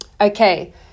Okay